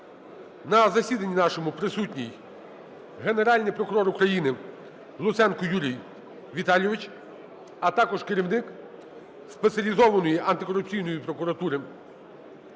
На засіданні нашому присутній Генеральний прокурор України Луценко Юрій Віталійович, а також керівник Спеціалізованої антикорупційної прокуратури.